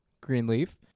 Greenleaf